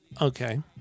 Okay